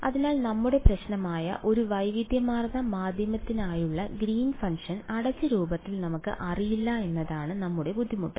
അതിനാൽ നമ്മുടെ പ്രശ്നമായ ഒരു വൈവിധ്യമാർന്ന മാധ്യമത്തിനായുള്ള ഗ്രീൻ ഫംഗ്ഷൻ Green's function അടച്ച രൂപത്തിൽ നമുക്ക് അറിയില്ല എന്നതാണ് നമ്മുടെ ബുദ്ധിമുട്ട്